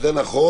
זה נכון.